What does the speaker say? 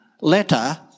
letter